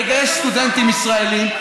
ולגייס סטודנטים ישראלים,